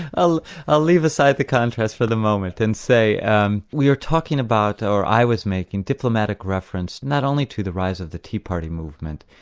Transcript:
i'll i'll leave aside the contrast for the moment and say and we are talking about, or i was making diplomatic reference not only to the rise of the tea party movement.